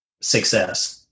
success